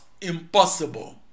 impossible